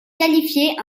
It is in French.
qualifié